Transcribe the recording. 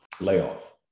layoff